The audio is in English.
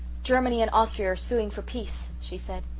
germany and austria are suing for peace, she said.